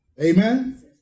Amen